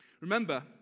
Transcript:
Remember